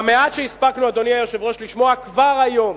במעט שהספקנו, אדוני היושב-ראש, לשמוע כבר היום,